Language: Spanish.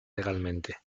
legalmente